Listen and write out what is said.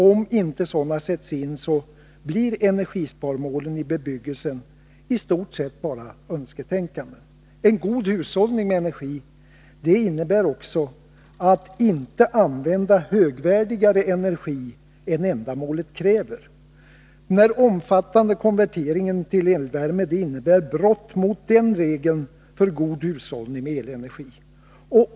Om inte sådana sätts in blir energisparmålet för bebyggelsen i stort sett bara önsketänkande. En god hushållning med energin innebär också att inte använda högvärdigare energi än ändamålet kräver. Den omfattande konverteringen till elvärme innebär brott mot den regeln för god hushållning med elenergi.